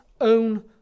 own